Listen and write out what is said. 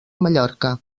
mallorca